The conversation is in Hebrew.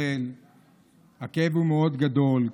הכאב הוא מאוד גדול,